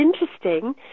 interesting